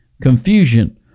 confusion